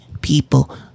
people